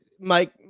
Mike